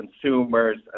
consumers